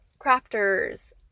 crafters